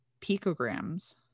picograms